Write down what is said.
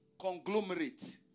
conglomerate